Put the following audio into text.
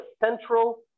central